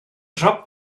shop